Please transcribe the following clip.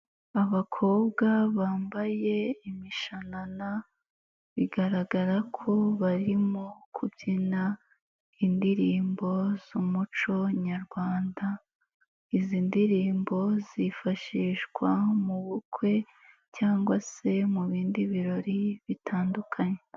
Abakobwa bambaye imishanana, bigaragara ko barimo kubyina indirimbo z'umuco nyarwanda, izi ndirimbo zifashishwa mu bukwe cyangwa se mu bindi birori bitandukanye.